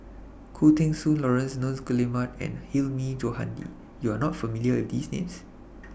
Khoo Teng Soon Laurence Nunns Guillemard and Hilmi Johandi YOU Are not familiar with These Names